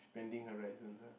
expanding horizons ah